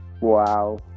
wow